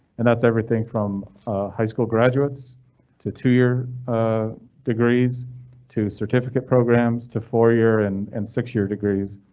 and that's everything from high school graduates to two year ah degrees to certificate programs to four year and. and six year degrees.